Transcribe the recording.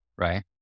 right